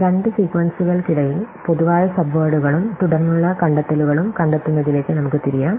രണ്ട് സീക്വൻസുകൾക്കിടയിൽ പൊതുവായ സബ്വേഡുകളും തുടർന്നുള്ള കണ്ടെത്തലുകളും കണ്ടെത്തുന്നതിലേക്ക് നമുക്ക് തിരിയാം